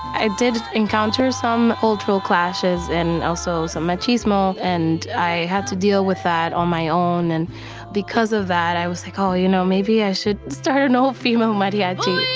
i did encounter some cultural clashes and also some machismo. and i had to deal with that on my own. and because of that, i was like, oh, you know, maybe i should start an all-female mariachi